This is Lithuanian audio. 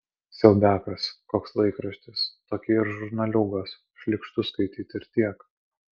siaubiakas koks laikraštis tokie ir žurnaliūgos šlykštu skaityt ir tiek